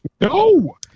No